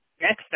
next